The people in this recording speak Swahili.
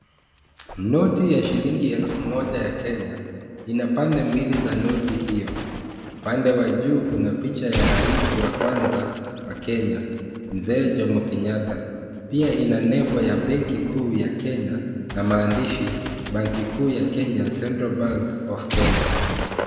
Noti ya shilingi elfu moja ya Kenya ina pande mbili za noti hiyo. Upande wa juu una picha ya rais wa kwanza wa Kenya mzee Jomo Kenyatta pia ina nembo ya benki kuu ya Kenya na maandishi banki kuu ya Kenya central bank of Kenya.